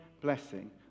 blessing